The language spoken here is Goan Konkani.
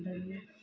म्हणटकीर